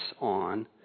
on